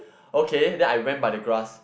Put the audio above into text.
okay then I ran by the grass